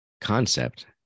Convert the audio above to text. concept